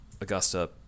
Augusta